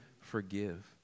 forgive